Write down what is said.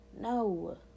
No